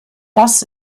das